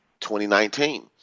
2019